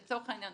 לצורך העניין,